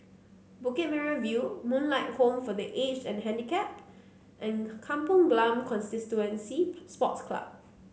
Bukit Merah View Moonlight Home for The Aged and Handicapped and Kampong Glam Constituency Sports Club